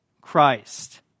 Christ